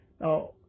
Now